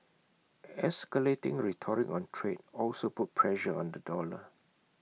escalating rhetoric on trade also put pressure on the dollar